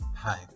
Hi